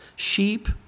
Sheep